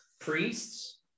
Priests